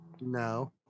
No